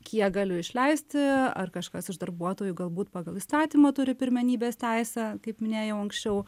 kiek galiu išleisti ar kažkas iš darbuotojų galbūt pagal įstatymą turi pirmenybės teisę kaip minėjau anksčiau